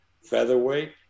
featherweight